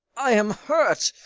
i am hurt